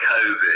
COVID